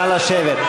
נא לשבת.